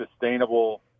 sustainable –